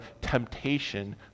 temptation